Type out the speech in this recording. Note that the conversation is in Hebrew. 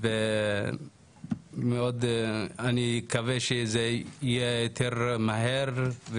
אני מקווה שיהיה יותר מהר,